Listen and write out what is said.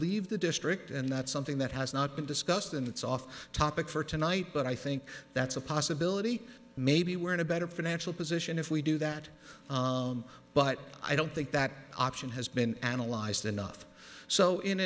leave the district and that's something that has not been discussed and it's off topic for tonight but i think that's a possibility maybe we're in a better financial position if we do that but i don't think that option has been analyzed enough so in